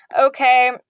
Okay